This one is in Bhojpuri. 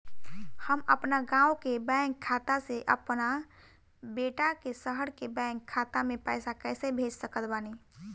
हम अपना गाँव के बैंक खाता से अपना बेटा के शहर के बैंक खाता मे पैसा कैसे भेज सकत बानी?